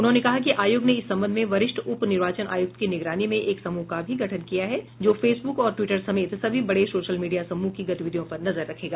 उन्होंने कहा कि आयोग ने इस संबंध में वरिष्ठ उप निर्वाचन आयुक्त की निगरानी में एक समूह का भी गठन किया है जो फेसबुक और ट्वीटर समेत सभी बड़े सोशल मीडिया समूह की गतिविधियों पर नजर रखेगा